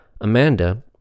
amanda